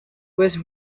was